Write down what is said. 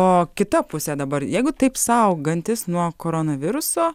o kita pusė dabar jeigu taip saugantis nuo koronaviruso